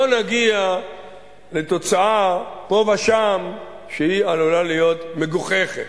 לא נגיע פה ושם לתוצאה שעלולה להיות מגוחכת.